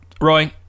Roy